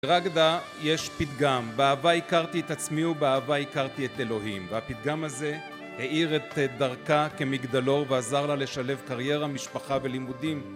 ברגדה יש פתגם, באהבה הכרתי את עצמי ובאהבה הכרתי את אלוהים והפתגם הזה האיר את דרכה כמגדלור ועזר לה לשלב קריירה, משפחה ולימודים